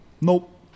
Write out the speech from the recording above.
Nope